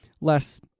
Less